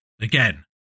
again